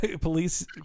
police